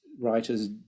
writers